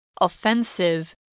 Offensive